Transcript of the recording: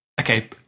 Okay